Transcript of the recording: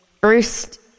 first